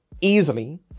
easily